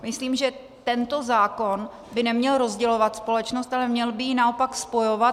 Myslím, že tento zákon by neměl rozdělovat společnost, ale měl by ji naopak spojovat.